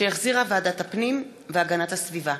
שהחזירה ועדת הפנים והגנת הסביבה,